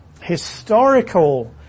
historical